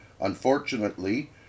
Unfortunately